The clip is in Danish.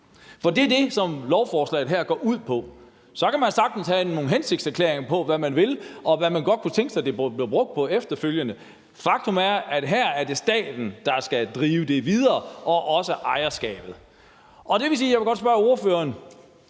Det er det, lovforslaget her går ud på. Så kan man sagtens have nogle hensigtserklæringer om, hvad man vil, og hvad man godt kunne tænke sig at det blev brugt til efterfølgende. Faktum er, at her er det staten, der skal drive det videre og også have ejerskabet. Jeg vil godt spørge ordføreren,